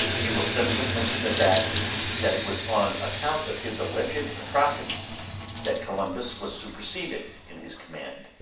we will simply mention the fact that it was on account of his alleged atrocities that columbus was superseded in his command,